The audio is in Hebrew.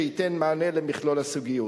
שייתן מענה במכלול הסוגיות.